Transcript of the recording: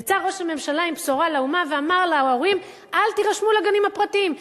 יצא ראש הממשלה עם בשורה לאומה ואמר להורים: אל תירשמו לגנים הפרטיים.